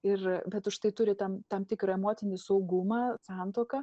ir bet užtai turi tam tam tikrą emocinį saugumą santuoką